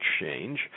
change